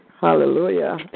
Hallelujah